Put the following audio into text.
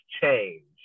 change